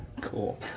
Cool